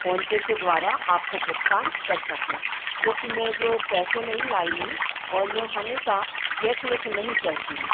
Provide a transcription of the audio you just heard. PhonePe के द्वारा आपको भुगतान कर सकूँ क्योंकि मैं जो पैसे नहीं लाई हूँ और मैं हमेशा कैस लेकर नहीं चलती हूँ